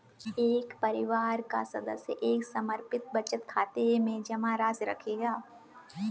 एक परिवार का सदस्य एक समर्पित बचत खाते में जमा राशि रखेगा